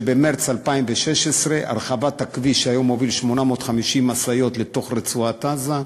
באשר להרחבת הכביש שהיום מוביל 850 משאיות לתוך רצועת-עזה,